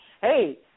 hey